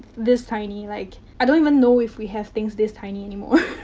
this tiny like, i don't even know if we have things this tiny anymore.